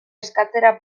eskatzera